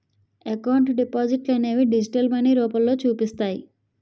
account డిపాజిట్లనేవి digital money రూపంలో చూపిస్తాయి